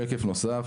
שקף הבא,